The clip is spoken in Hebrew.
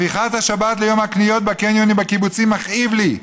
הפיכת השבת ליום הקניות בקניונים בקיבוצים מכאיבה לי,